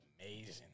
amazing